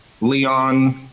Leon